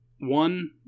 One